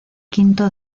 quinto